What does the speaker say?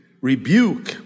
Rebuke